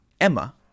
emma